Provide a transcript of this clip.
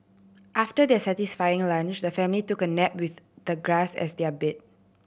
after their satisfying lunch the family took a nap with the grass as their bed